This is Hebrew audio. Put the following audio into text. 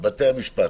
בתי המשפט,